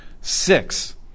Six